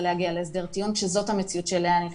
להגיע להסדר טיעון כשזאת המציאות שאליה היא נכנסת.